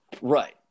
right